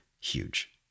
huge